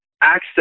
access